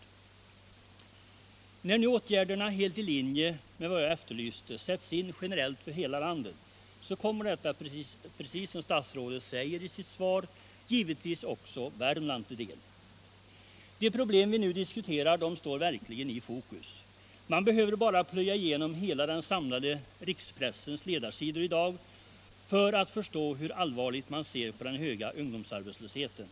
13 När nu åtgärderna, helt i linje med vad jag efterlyste, sätts in generellt för hela landet, kommer detta — precis som statsrådet säger i sitt svar — givetvis också Värmland till del. De problem vi nu diskuterar står verkligen i fokus. Man behöver bara plöja igenom hela den samlade rikspressens ledarsidor i dag för att förstå hur allvarligt människor ser på den höga ungdomsarbetslösheten.